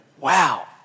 wow